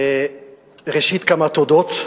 ראשית, כמה תודות.